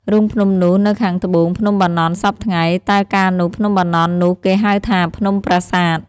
រូងភ្នំនោះនៅខាងត្បូង ភ្នំ បាណន់ សព្វថ្ងៃ តែកាលនោះ ភ្នំបាណន់ នោះគេហៅថា ភ្នំប្រាសាទ ។